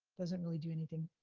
doesn't really do anything.